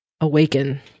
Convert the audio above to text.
Awaken